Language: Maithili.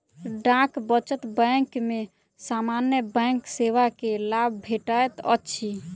डाक बचत बैंक में सामान्य बैंक सेवा के लाभ भेटैत अछि